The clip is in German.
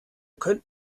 könnt